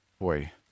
Boy